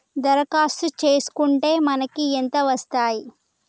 దరఖాస్తు చేస్కుంటే మనకి ఎంత వస్తాయి?